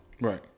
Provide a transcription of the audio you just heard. right